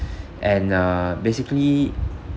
and uh basically